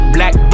Black